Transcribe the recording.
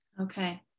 Okay